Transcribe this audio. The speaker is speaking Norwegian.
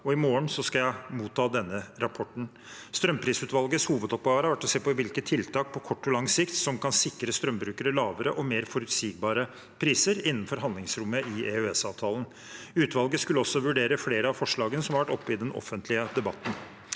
i morgen skal jeg motta denne rapporten. Strømprisutvalgets hovedoppgave har vært å se på hvilke tiltak på kort og lang sikt som kan sikre strømbrukere lavere og mer forutsigbare priser innenfor handlingsrommet i EØS-avtalen. Utvalget skulle også vurdere flere av forslagene som har vært oppe i den offentlige debatten.